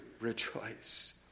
rejoice